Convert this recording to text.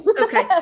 Okay